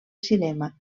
cinema